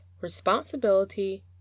responsibility